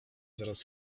zaraz